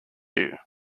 you